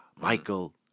Michael